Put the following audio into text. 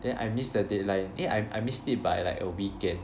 then I miss the deadline eh I missed it by like a weekend